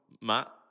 Matt